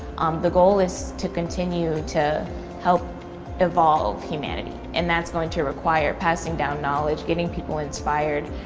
the goal is to continue to help evolve humanity and that's going to require passing down knowledge, getting people inspired